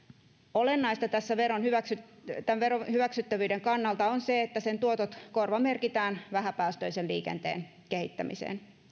olennaista tämän veron hyväksyttävyyden kannalta on se että sen tuotot korvamerkitään vähäpäästöisen liikenteen kehittämiseen